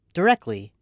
directly